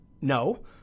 No